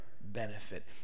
benefit